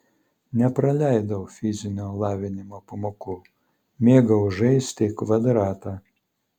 nepraleidau fizinio lavinimo pamokų mėgau žaisti kvadratą